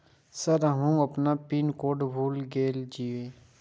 Sir हमू अपना pin code भूल गेल जीये?